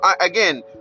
again